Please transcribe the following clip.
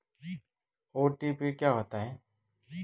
OTP क्या होता है?